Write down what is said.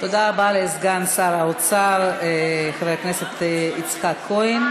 תודה רבה לסגן שר האוצר, חבר הכנסת יצחק כהן.